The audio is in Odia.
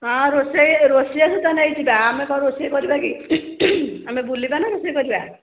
ହଁ ରୋଷେଇ ରୋଷେଇଆ ସୁଦ୍ଧା ନେଇଯିବା ଆମେ କ'ଣ ରୋଷେଇ କରିବା କି ଆମେ ବୁଲିବା ନା ରୋଷେଇ କରିବା